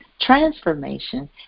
transformation